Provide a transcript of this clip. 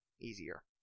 Easier